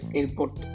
airport